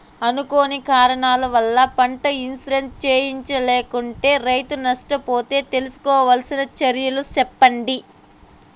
అనుకోని కారణాల వల్ల, పంట ఇన్సూరెన్సు చేయించలేకుంటే, రైతు నష్ట పోతే తీసుకోవాల్సిన చర్యలు సెప్పండి?